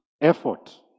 effort